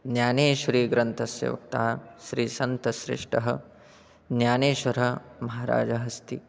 ज्ञानेश्वरीग्रन्थस्य वक्ता श्रीसन्तश्रेष्ठः ज्ञानेश्वरः महाराजः अस्ति